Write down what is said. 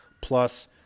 plus